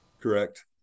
correct